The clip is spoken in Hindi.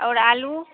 और आलू